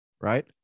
Right